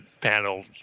panel